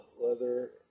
Leather